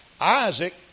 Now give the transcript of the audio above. Isaac